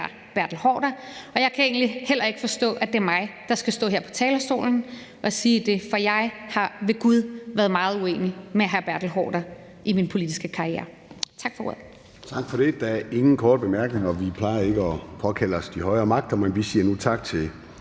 hr. Bertel Haarder, og jeg kan egentlig heller ikke forstå, at det er mig, der skal stå her på talerstolen og sige det, for jeg har ved gud været meget uenig med hr. Bertel Haarder i min politiske karriere. Tak for ordet.